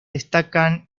destacan